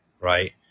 Right